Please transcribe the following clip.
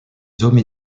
hommes